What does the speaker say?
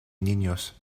niños